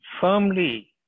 Firmly